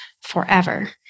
forever